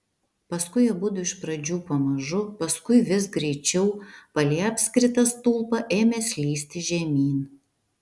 paskui abudu iš pradžių pamažu paskui vis greičiau palei apskritą stulpą ėmė slysti žemyn